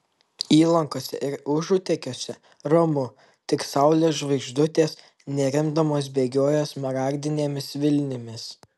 įlankose ir užutekiuose ramu tik saulės žvaigždutės nerimdamos bėgioja smaragdinėmis vilnimis